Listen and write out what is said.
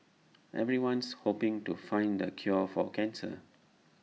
everyone's hoping to find the cure for cancer